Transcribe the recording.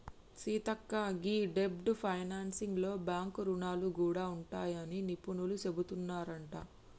సీతక్క గీ డెబ్ట్ ఫైనాన్సింగ్ లో బాంక్ రుణాలు గూడా ఉంటాయని నిపుణులు సెబుతున్నారంట